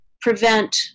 prevent